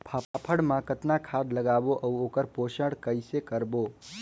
फाफण मा कतना खाद लगाबो अउ ओकर पोषण कइसे करबो?